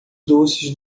doces